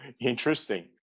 Interesting